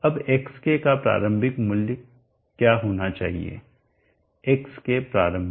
अब xk का प्रारंभिक मूल्य क्या होना चाहिए xkप्रारंभिक